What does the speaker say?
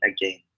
again